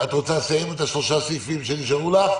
קארין, את רוצה לסיים את שלושת הסעיפים שנשארו לך,